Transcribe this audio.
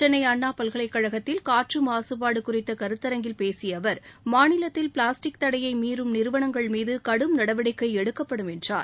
சென்னை அண்ணா பல்கலைக்கழகத்தில் காற்று மாசுபாடு குறித்த கருத்தரங்கில் பேசிய அவா் மாநிலத்தில் பிளாஸ்டிக் தடையை மீறம் நிறுவனங்கள் மீது கடும் நடவடிக்கை எடுக்கப்படும் என்றார்